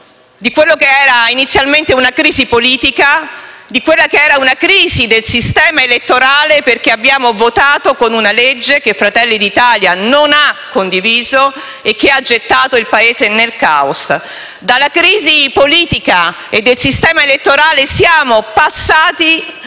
in quella che era inizialmente una crisi politica, una crisi del sistema elettorale, perché abbiamo votato con una legge che Fratelli d'Italia non ha condiviso e che ha gettato il Paese nel caos; dalla crisi politica e del sistema elettorale siamo passati